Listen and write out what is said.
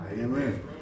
Amen